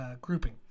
grouping